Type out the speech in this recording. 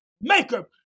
maker